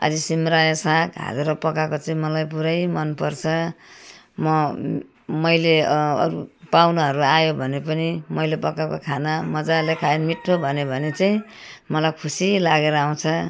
अझै सिमराया साग हालेर पकाको चाहिँ मलाई पुरै मनपर्छ म मैले अरू पाहुनाहरू आयो भने पनि मैले पकाएको खाना मजाले खायो मिठो भन्यो भने चाहिँ मलाई खुसी लागेर आउँछ